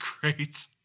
great